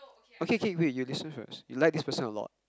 okay okay wait you listen first you like this person a lot